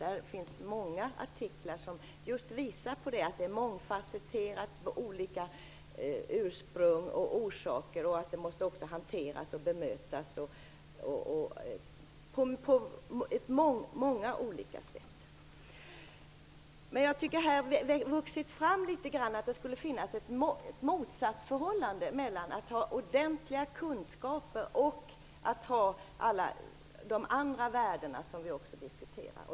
Där finns många artiklar som just visar på att det är mångfacetterat, att det har olika ursprung och orsaker och att det också måste hanteras och bemötas på många olika sätt. Jag tycker att det litet grand har vuxit fram att det skulle finnas ett motsatsförhållande mellan att ha ordentliga kunskaper och att ha alla de andra värden vi diskuterar.